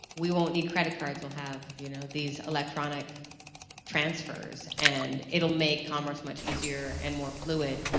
we won't need credit cards, we'll have you know, these electronic transfers and it'll make commerce much easier and more fluid.